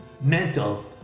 mental